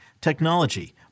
technology